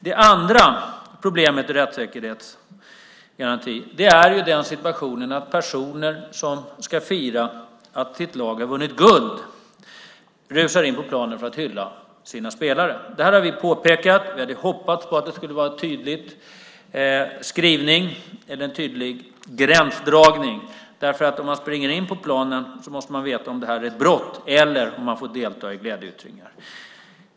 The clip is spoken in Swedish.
Det andra problemet i rättssäkerhetshänseende är frågan om vad som gäller när personer rusar in på planen för att hylla sitt lags spelare och fira att laget har vunnit guld. Detta har vi påpekat, och vi hade hoppats på att det skulle bli en tydlig skrivning med en tydlig gränsdragning. Om man springer in på planen måste man veta om det är ett brott eller om man får delta i glädjeyttringar.